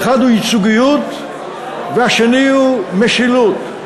האחד הוא ייצוגיות והשני הוא משילות.